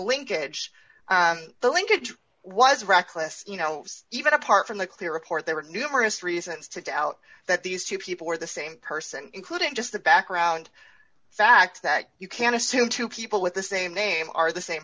linkage the linkage was reckless you know even apart from the clear report there were numerous reasons to doubt that these two people were the same person including just the background fact that you can assume two people with the same name are the same